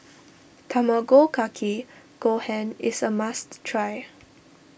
Tamago Kake Gohan is a must try